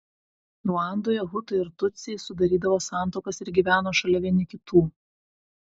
ruandoje hutai ir tutsiai sudarydavo santuokas ir gyveno šalia vieni kitų